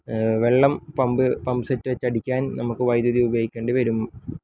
വെള്ളം pump pump set വെച്ചടിക്കാൻ നമുക്ക് വൈദ്യുതി ഉപയോഗിക്കേണ്ടി വരും